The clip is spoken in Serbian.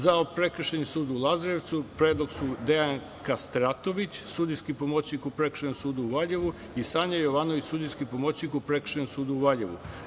Za Prekršajni sud u Lazarevcu predlog su: Dejan Kastratović, sudijski pomoćnik u Prekršajnom sudu u Valjevu i Sanja Jovanović, sudijski pomoćnik u Prekršajnom sudu u Valjevu.